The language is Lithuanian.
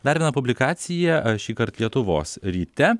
dar viena publikacija e šįkart lietuvos ryte